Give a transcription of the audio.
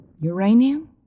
Uranium